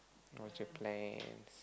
what's your plans